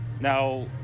Now